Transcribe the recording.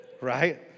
Right